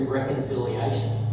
reconciliation